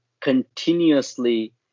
continuously